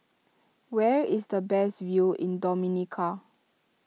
where is the best view in Dominica